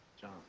John